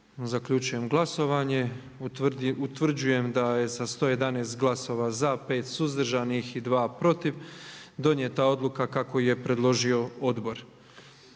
Zaključujem glasovanje. Utvrđujem da je sa 111 glasova za, 5 suzdržanih i 2 protiv donijeta odluka kako ju je predložio Odbor.